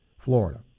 Florida